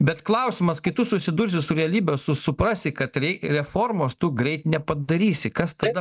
bet klausimas kai tu susidursi su realybe su suprasi kad reformos tu greit nepadarysi kas tada